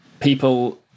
people